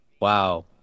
Wow